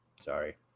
Sorry